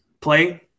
play